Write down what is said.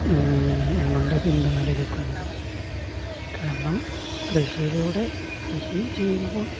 ഞങ്ങളുടെ പിന്തുണ ലഭിക്കുന്നത് കാരണം കൃഷിയിലൂടെ കൃഷി ചെയ്യുമ്പോൾ